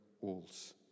walls